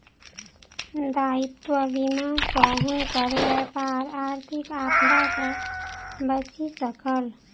दायित्व बीमा सॅ हुनकर व्यापार आर्थिक आपदा सॅ बचि सकल